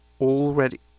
already